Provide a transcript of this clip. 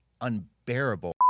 unbearable